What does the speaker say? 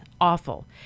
awful